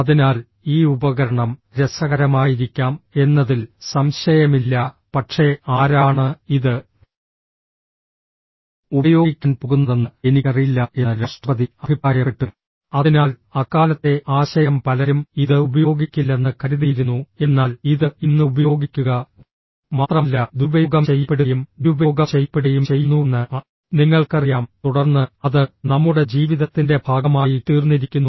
അതിനാൽ ഈ ഉപകരണം രസകരമായിരിക്കാം എന്നതിൽ സംശയമില്ല പക്ഷേ ആരാണ് ഇത് ഉപയോഗിക്കാൻ പോകുന്നതെന്ന് എനിക്കറിയില്ല എന്ന് രാഷ്ട്രപതി അഭിപ്രായപ്പെട്ടു അതിനാൽ അക്കാലത്തെ ആശയം പലരും ഇത് ഉപയോഗിക്കില്ലെന്ന് കരുതിയിരുന്നു എന്നാൽ ഇത് ഇന്ന് ഉപയോഗിക്കുക മാത്രമല്ല ദുരുപയോഗം ചെയ്യപ്പെടുകയും ദുരുപയോഗം ചെയ്യപ്പെടുകയും ചെയ്യുന്നുവെന്ന് നിങ്ങൾക്കറിയാം തുടർന്ന് അത് നമ്മുടെ ജീവിതത്തിന്റെ ഭാഗമായിത്തീർന്നിരിക്കുന്നു